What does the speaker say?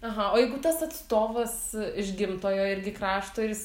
aha o jeigu tas atstovas iš gimtojo irgi krašto ir jis